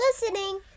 listening